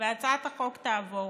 שהצעת החוק תעבור.